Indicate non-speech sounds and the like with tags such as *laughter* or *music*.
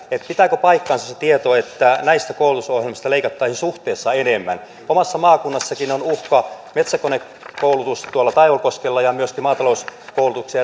pitääkö paikkansa se tieto että näistä koulutusohjelmista leikattaisiin suhteessa enemmän omassa maakunnassanikin on uhka metsäkonekoulutus tuolla taivalkoskella ja myöskin maatalouskoulutuksia *unintelligible*